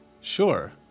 Sure